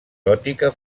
gòtica